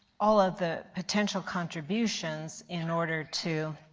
all ah the potential contributions in order to